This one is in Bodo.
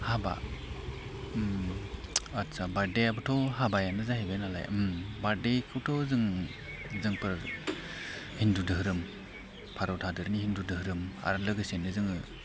हाबा ओम आस्सा बार्थडेआबोथ' हाबायानो जाहैबाय नालाय बार्थडेखौथ' जों जोंफोर हिन्दु धोरोम भारत हादरनि हिन्दु धोरोम आरो लोगोसेनो जोङो